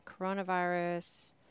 coronavirus